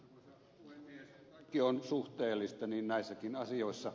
kaikki on suhteellista niin näissäkin asioissa